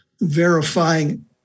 verifying